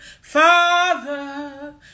father